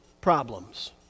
problems